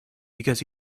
because